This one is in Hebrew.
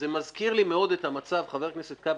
זה מזכיר לי מאוד את המצב חבר הכנסת כבל,